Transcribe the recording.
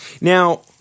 Now